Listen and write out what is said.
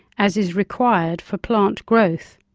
as is required for plant growth.